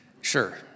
Sure